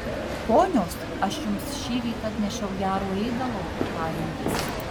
ponios aš jums šįryt atnešiau gero ėdalo tarė jis